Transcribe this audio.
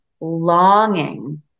longing